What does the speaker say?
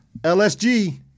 lsg